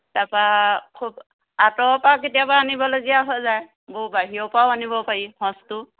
তাৰপৰা খুব আঁতৰ পৰা কেতিয়াবা আনিবলগীয়া হয় যায় বহু বাহিৰৰ পৰাও আনিব পাৰি সঁচটো